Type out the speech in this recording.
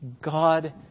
God